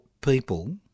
people